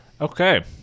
Okay